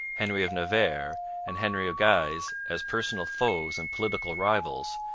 henry of navarre, and henry of guise as personal foes and political rivals,